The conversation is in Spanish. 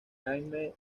jaime